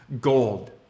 gold